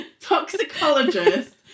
Toxicologist